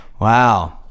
Wow